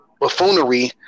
buffoonery